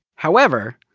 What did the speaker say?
however,